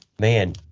man